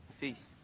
Peace